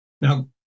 Now